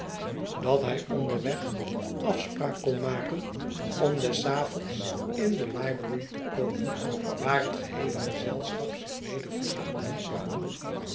dat hij onderweg sghetsen van boz afspraak kon maken om des avonds in de library te komen waar het geheele gezelschap zich weder verzamelen zou